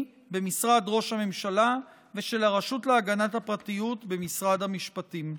במשרד ראש הממשלה ושל הרשות להגנת הפרטיות במשרד המשפטים.